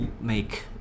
make